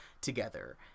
together